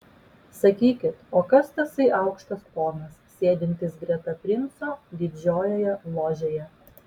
sakykit o kas tasai aukštas ponas sėdintis greta princo didžiojoje ložėje